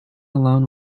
alone